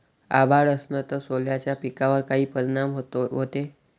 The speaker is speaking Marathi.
अभाळ असन तं सोल्याच्या पिकावर काय परिनाम व्हते?